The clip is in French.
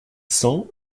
cent